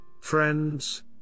friends